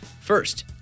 First